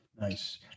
Nice